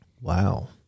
Wow